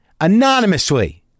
anonymously